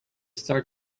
start